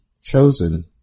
chosen